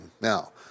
Now